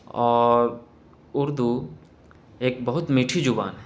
اور اردو ایک بہت میٹھی زبان ہے